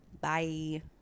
Bye